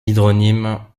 hydronyme